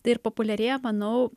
tai ir populiarėja manau